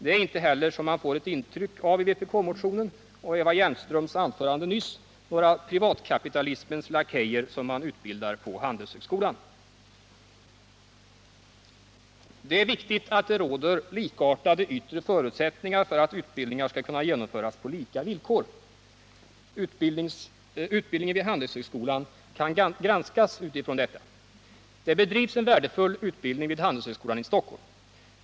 Det är inte heller, som man får ett intryck av i vpk-motionen och av Eva Hjelmströms anförande nyss, några privatkapitalismens lakejer man utbildar på Handelshögskolan. Det är viktigt att det råder likartade yttre förutsättningar för att utbildningar skall kunna genomföras på lika villkor. Utbildningen vid Handelshögskolan kan granskas utifrån detta. Det bedrivs en värdefull utbildning vid Handelshögskolan i Stockholm.